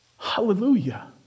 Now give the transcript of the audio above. Hallelujah